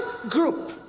group